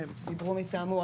שדיברו מטעמו,